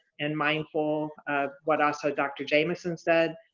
and mindful of what ah so dr. jameson said.